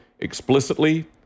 explicitly